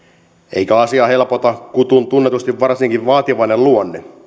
eikä asiaa helpota kutun tunnetusti varsinkin vaativainen luonne